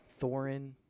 Thorin